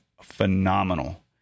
phenomenal